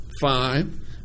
five